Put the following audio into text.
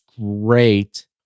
great